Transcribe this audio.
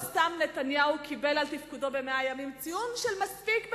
לא סתם נתניהו קיבל על תפקודו ב-100 הימים ציון של מספיק בקושי.